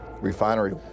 refinery